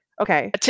Okay